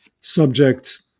subject